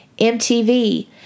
MTV